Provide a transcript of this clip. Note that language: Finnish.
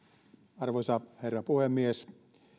arvoisa herra puhemies